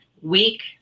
week